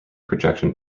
projection